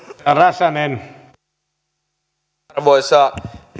arvoisa